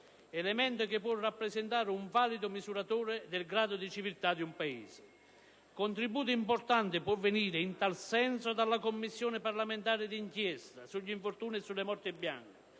elemento che può rappresentare un valido misuratore del grado di civiltà di un Paese. Un contributo importante può venire, in tal senso, dalla Commissione parlamentare di inchiesta sugli infortuni e sulle morti bianche